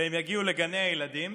והם יגיעו לגני הילדים,